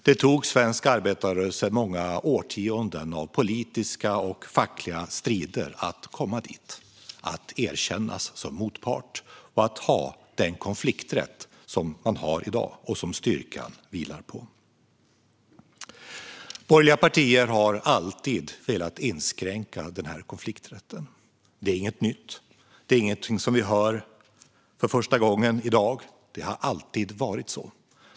Det tog svensk arbetarrörelse många årtionden av politiska och fackliga strider att komma dit, att erkännas som motpart och att nå den konflikträtt som man har i dag och som styrkan vilar på. Borgerliga partier har alltid velat inskränka konflikträtten. Det är inget nytt. Det är inget som vi hör för första gången här i dag, utan det har alltid varit så.